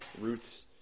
ruth's